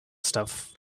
stuff